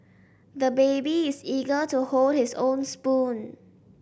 the baby is eager to hold his own spoon